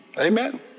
Amen